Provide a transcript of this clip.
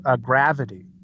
gravity